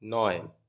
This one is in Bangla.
নয়